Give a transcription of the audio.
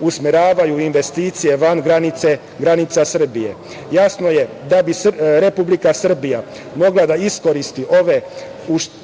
usmeravaju investicije van granica Srbije? Jasno je da bi Republika Srbija mogla da iskoristi ove